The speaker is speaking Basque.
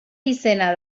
izena